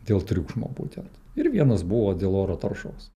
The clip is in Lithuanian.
dėl triukšmo būtent ir vienas buvo dėl oro taršos